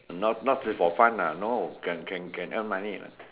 not not say for fun ah no can can can earn money lah